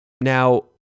now